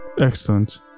excellent